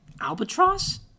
Albatross